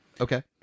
Okay